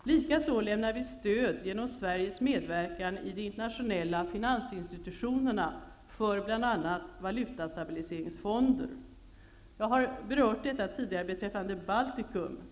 Likaså lämnar vi stöd genom Sveriges medverkan i de internationella finansinstitutionerna för bl.a. valutastabiliseringsfonder. Jag har berört dessa frågor tidigare beträffande Baltikum.